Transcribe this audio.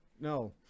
No